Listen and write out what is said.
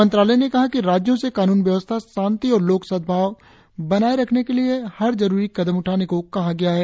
मंत्रालय ने कहा कि राज्यों से कानून व्यवस्था शांति और लोक सद्गाव बनाये रखने के लिए हर जरूरी कदम उठाने को कहा गया है